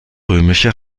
römische